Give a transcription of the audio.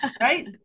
right